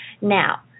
Now